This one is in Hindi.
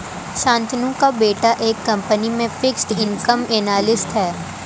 शांतनु का बेटा एक कंपनी में फिक्स्ड इनकम एनालिस्ट है